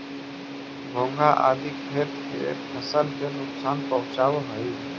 घोंघा आदि खेत के फसल के नुकसान पहुँचावऽ हई